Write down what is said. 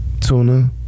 tuna